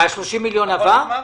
וה-30 מיליון עברו?